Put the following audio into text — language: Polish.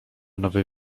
nowy